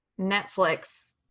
Netflix